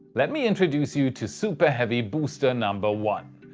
let me introduce you to super heavy booster number one.